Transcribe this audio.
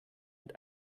mit